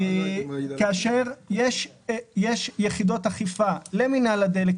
יש יחידות אכיפה למינהל הדלק,